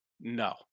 No